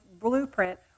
blueprint